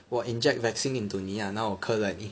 我 inject vaccine into 你 lah 然后我咳在你